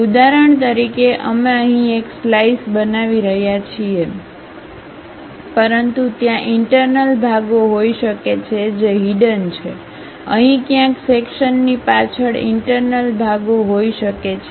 ઉદાહરણ તરીકે અમે અહીં એક સ્લાઈસ બનાવી રહ્યા છીએ પરંતુ ત્યાં ઇન્ટર્નલભાગો હોઈ શકે છે જે હીડન છે અહીં ક્યાંક સેક્શન્ની પાછળ ઇન્ટર્નલભાગો હોઈ શકે છે